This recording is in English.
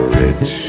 rich